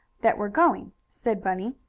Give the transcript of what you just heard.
that we're going, said bunny.